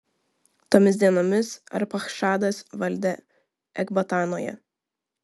tomis dienomis arpachšadas valdė ekbatanoje